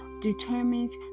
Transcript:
determines